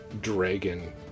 dragon